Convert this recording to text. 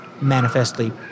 manifestly